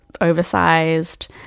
oversized